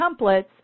templates